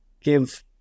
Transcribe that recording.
give